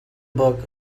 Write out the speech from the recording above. book